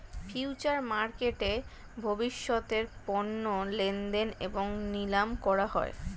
future মার্কেটে ভবিষ্যতের পণ্য লেনদেন এবং নিলাম করা হয়